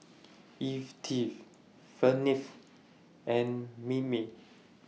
Yvette Felipe and Mimi